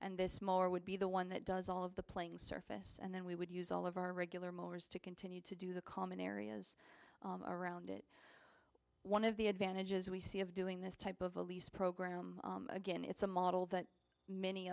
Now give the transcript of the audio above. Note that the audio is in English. and this more would be the one that does all of the playing surface and then we would use all of our regular mowers to continue to do the common areas around it one of the advantages we see of doing this type of a lease program again it's a model that many